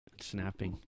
Snapping